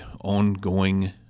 ongoing